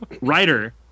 writer